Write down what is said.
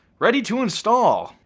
ready to install,